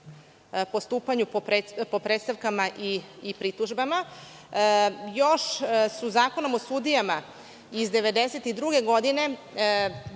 postupanju po predstavkama i pritužbama. Još su Zakonom o sudijama iz 1992. godine